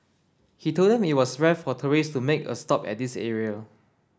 he told them that it was rare for tourist to make a stop at this area